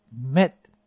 met